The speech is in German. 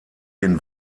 den